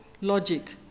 logic